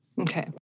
Okay